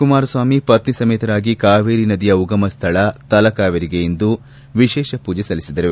ಕುಮಾರಸ್ವಾಮಿ ಪತ್ನಿ ಸಮೇತರಾಗಿ ಕಾವೇರಿ ನದಿಯ ಉಗಮ ಸ್ಥಳ ತಲಕಾವೇರಿಯಲ್ಲಿ ಇಂದು ವಿಶೇಷ ಮೂಜೆ ಸಲ್ಲಿಸಿದರು